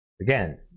Again